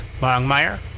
Longmire